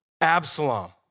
Absalom